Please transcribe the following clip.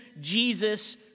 Jesus